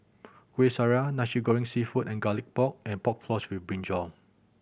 Kuih Syara Nasi Goreng Seafood and Garlic Pork and Pork Floss with brinjal